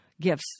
gifts